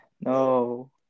No